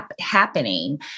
happening